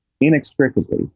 inextricably